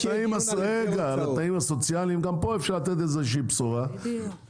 גם פה אפשר לתת איזושהי בשורה בנושא התנאים הסוציאליים.